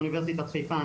מאוניברסיטת חיפה,